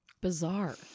Bizarre